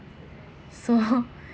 so